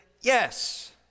yes